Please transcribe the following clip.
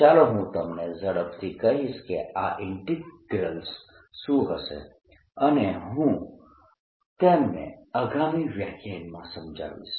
ચાલો હું તમને ઝડપથી કહીશ કે આ ઈન્ટીગ્રલ્સ શું હશે અને હું તેમને આગામી વ્યાખ્યાનમાં સમજાવીશ